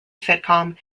sitcom